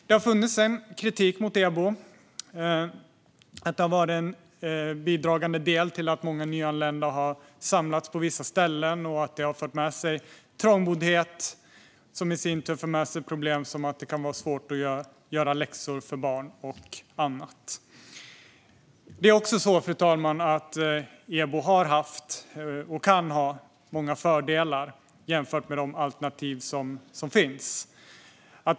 Det har funnits en kritik mot EBO, att den har varit bidragande till att många nyanlända har samlats på vissa ställen och att detta har fört med sig trångboddhet, som i sin tur har fört med sig problem som att det är svårt för barn att göra läxor och annat. EBO har dock haft och kan ha många fördelar, fru talman, jämfört med de alternativ som finns.